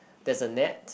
there's a net